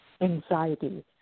anxiety